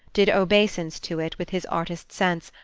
did obeisance to it with his artist sense,